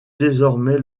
désormais